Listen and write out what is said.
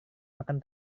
makan